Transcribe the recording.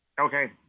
Okay